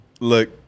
look